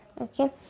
Okay